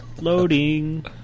Loading